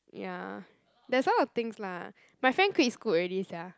ya there's a lot of things lah my friend quit Scoot already sia